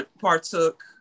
partook